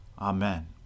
Amen